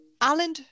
Alan